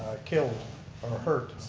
ah killed or hurt